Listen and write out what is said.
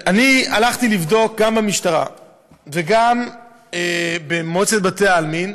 הלכתי לבדוק גם במשטרה וגם במועצת בתי העלמין,